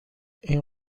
این